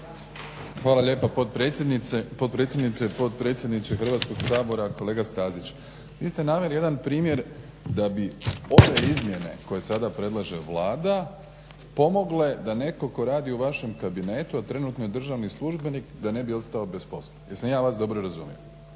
sabora. Potpredsjedniče Hrvatskog sabora kolega Stazić vi ste naveli jedan primjer da bi ove izmjene koje sada predlaže Vlada pomogle da netko tko radi u vašem kabinetu a trenutno je državni službenik da ne bi ostao bez posla. Jesam ja vas dobro razumio?